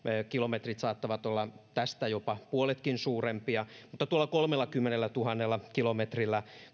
kilometrit saattavat olla tästä jopa puoletkin suurempia mutta tuolla kolmellakymmenellätuhannella kilometrillä